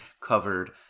covered